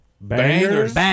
Bangers